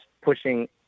pushing